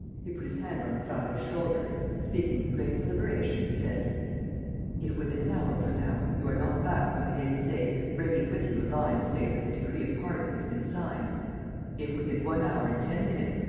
he put his hand on prasville's shoulder and, speaking with great deliberation, said if, within an hour from now, you are not back from the elysee, bringing with you a line to say that the decree of pardon has been signed if, within one hour and ten minutes,